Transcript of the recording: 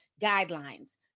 guidelines